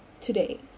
today